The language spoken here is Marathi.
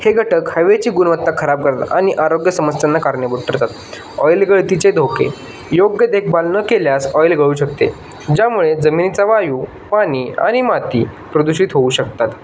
हे घटक हायवेची गुणवत्ता खराब करणं आणि आरोग्य समस्यांना कारणीभूत ठरतात ऑईल गळतीचे धोके योग्य देखभाल न केल्यास ऑईल गळू शकते ज्यामुळे जमिनीचा वायू पाणी आणि माती प्रदूषित होऊ शकतात